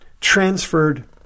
transferred